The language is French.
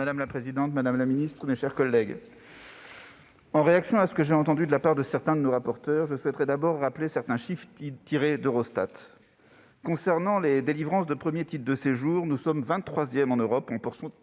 Madame la présidente, madame la ministre, mes chers collègues, en réaction à ce que j'ai entendu de la part de certains de nos rapporteurs, je souhaiterais d'abord rappeler certains chiffres tirés des données d'Eurostat. Concernant les délivrances des premiers titres de séjour, nous sommes au vingt-troisième rang en Europe,